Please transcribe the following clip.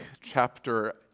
chapter